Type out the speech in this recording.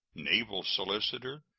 naval solicitor,